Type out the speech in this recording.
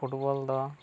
football ᱫᱚ